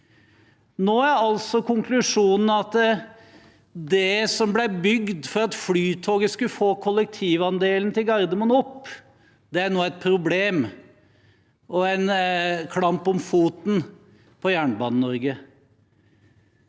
Nå er altså konklusjonen at det som ble bygd for at Flytoget skulle få kollektivandelen til Gardermoen opp, nå er et problem og en klamp om foten for Jernbane-Norge.